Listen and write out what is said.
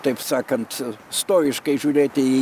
taip sakant stoiškai žiūrėti į